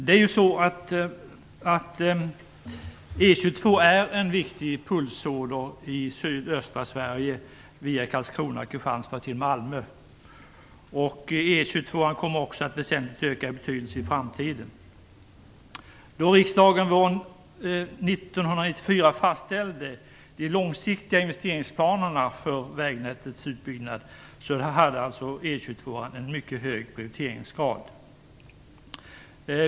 E 22 är en viktig pulsåder i sydöstra Sverige via Karlskrona och Kristianstad till Malmö. E 22:an kommer också att väsentligt öka i betydelse i framtiden. Då riksdagen våren 1994 fastställde de långsiktiga investeringsplanerna för vägnätets utbyggnad hade E 22:an en mycket hög prioriteringsgrad.